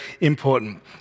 important